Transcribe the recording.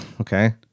Okay